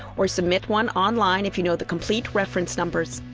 or submit one online if you know the complete reference numbers